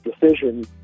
decision